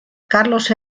carlos